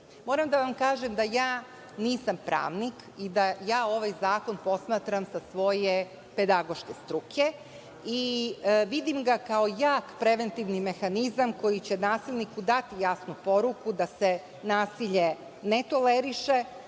temi. Moram da vam kažem da ja nisam pravnik i da ja ovaj zakon posmatram sa svoje pedagoške struke i vidim ga kao jak preventivni mehanizam koji će nasilniku dati jasnu poruku da se nasilje ne toleriše.